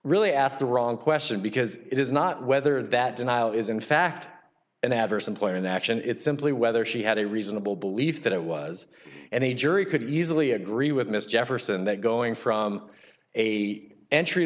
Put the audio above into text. really asked the wrong question because it is not whether that denial is in fact an adverse employment action it's simply whether she had a reasonable belief that it was any jury could easily agree with mr jefferson that going from a entry